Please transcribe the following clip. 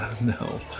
No